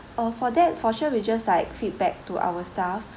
uh for that for sure we just like feedback to our staff